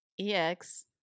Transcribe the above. EX